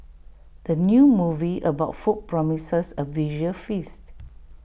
the new movie about food promises A visual feast